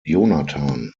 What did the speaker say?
jonathan